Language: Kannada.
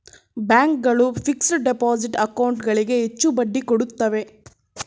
ಬ್ಯಾಂಕ್ ಗಳು ಫಿಕ್ಸ್ಡ ಡಿಪೋಸಿಟ್ ಅಕೌಂಟ್ ಗಳಿಗೆ ಹೆಚ್ಚು ಬಡ್ಡಿ ಕೊಡುತ್ತವೆ